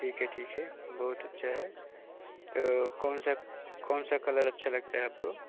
ठीक है ठीक है बहुत अच्छा है तो कौन सा कौन सा कलर अच्छा लगता है आपको